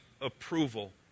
approval